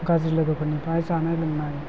गाज्रि लोगोफोरनिफ्राय जानाय लोंनाय